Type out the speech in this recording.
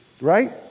right